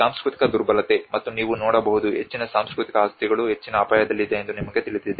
ಸಾಂಸ್ಕೃತಿಕ ದುರ್ಬಲತೆ ಮತ್ತು ನೀವು ನೋಡಬಹುದು ಹೆಚ್ಚಿನ ಸಾಂಸ್ಕೃತಿಕ ಆಸ್ತಿಗಳು ಹೆಚ್ಚಿನ ಅಪಾಯದಲ್ಲಿದೆ ಎಂದು ನಿಮಗೆ ತಿಳಿದಿದೆ